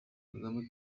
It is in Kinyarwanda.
kagame